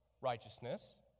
righteousness